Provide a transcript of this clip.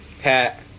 Pat